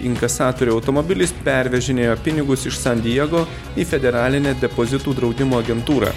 inkasatorių automobilis pervežinėjo pinigus iš san diego į federalinę depozitų draudimo agentūrą